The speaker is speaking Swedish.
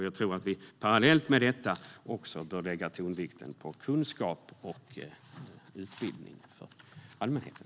Jag tror att vi parallellt med detta bör lägga tonvikten på kunskap och utbildning för allmänheten.